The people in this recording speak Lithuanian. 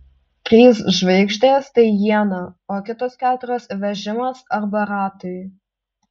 trys žvaigždės tai iena o kitos keturios vežimas arba ratai